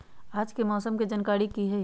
आज के मौसम के जानकारी कि हई?